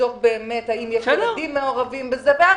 לבדוק באמת אם יש ילדים מעורבים בזה.